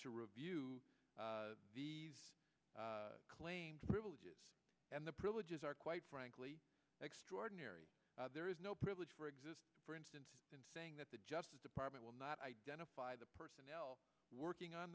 to review the claims privileges and the privileges are quite frankly extraordinary there is no privilege for exist for instance in saying that the justice department will not identify the personnel working on